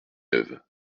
neuve